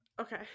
okay